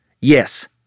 Yes